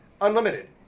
Unlimited